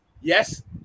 Yes